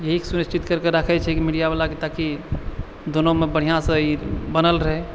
इएह सुनिश्चित करिके राखै छै की मीडियावला ताकि दोनोमे बढ़िआँसँ ई बनल रहै